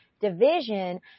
division